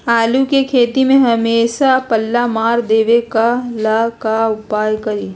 आलू के खेती में हमेसा पल्ला मार देवे ला का उपाय करी?